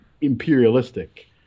imperialistic